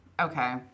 Okay